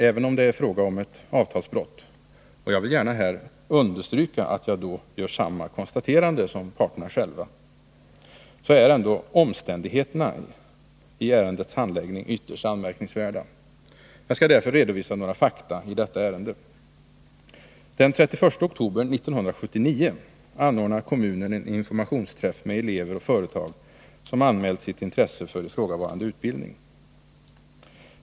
Även om det är fråga om ett avtalsbrott — jag vill gärna understryka att jag när jag säger det gör samma - konstaterande som parterna själva — är omständigheterna i ärendets handläggning ytterst anmärkningsvärda. Jag skall därför redovisa några fakta i detta ärende. 1 Den 31 oktober 1979 anordnar kommunen en informationsträff med elever och företag som anmält sitt intresse för ifrågavarande utbildning.